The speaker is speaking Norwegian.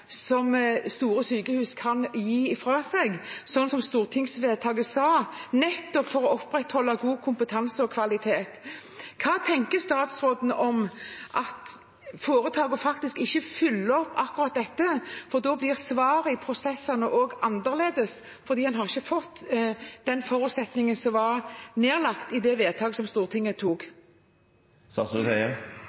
som store sykehus kan gi ifra seg, som stortingsvedtaket sa, nettopp for å opprettholde god kompetanse og kvalitet. Hva tenker statsråden om at foretakene faktisk ikke følger opp akkurat dette? For da blir svaret i prosessene annerledes fordi en ikke har fått den forutsetningen som var nedlagt i det vedtaket som Stortinget